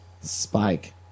Spike